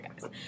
guys